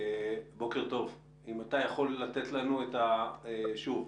האם אתה יכול לתת לנו את ההשלכות?